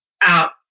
out